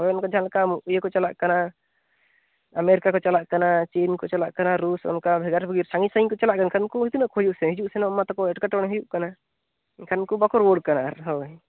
ᱦᱳᱭ ᱚᱱᱠᱟ ᱡᱟᱦᱟᱸ ᱞᱮᱠᱟ ᱤᱭᱟᱹ ᱠᱚ ᱪᱟᱞᱟᱜ ᱠᱟᱱᱟ ᱟᱢᱮᱨᱤᱠᱟ ᱠᱚ ᱪᱟᱞᱟᱜ ᱠᱟᱱᱟ ᱪᱤᱱ ᱠᱚ ᱪᱟᱞᱟᱜ ᱠᱟᱱᱟ ᱨᱩᱥ ᱚᱱᱠᱟ ᱵᱷᱮᱜᱟᱨ ᱵᱷᱮᱜᱤᱨ ᱥᱟᱺᱜᱤᱧ ᱥᱟᱺᱜᱤᱧ ᱠᱚ ᱪᱟᱞᱟᱜ ᱠᱟᱱ ᱠᱷᱟᱱ ᱩᱱᱠᱩ ᱫᱚ ᱛᱤᱱᱟᱹᱜ ᱠᱚ ᱦᱤᱡᱩᱜ ᱥᱮᱱᱚᱜᱼᱟ ᱦᱤᱡᱩᱜ ᱥᱮᱱᱚᱜᱢᱟ ᱛᱟᱠᱚ ᱮᱴᱠᱮᱴᱚᱲᱮ ᱦᱩᱭᱩᱜ ᱠᱟᱱᱟ ᱮᱱᱠᱷᱟᱱ ᱩᱱᱠᱩ ᱵᱟᱠᱚ ᱨᱩᱭᱟᱹᱲ ᱠᱟᱱᱟ ᱟᱨ ᱦᱳᱭ